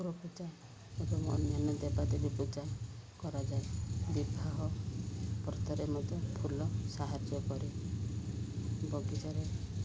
ଠାକୁର ପୂଜା ଏବଂ ଅନ୍ୟାନ୍ୟ ଦେବାଦେବୀ ପୂଜା କରାଯାଏ ବିବାହ ବ୍ରତରେ ମଧ୍ୟ ଫୁଲ ସାହାଯ୍ୟ କରେ ବଗିଚାରେ